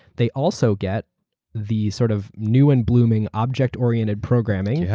they also get the sort of new and blooming object-oriented programming. yeah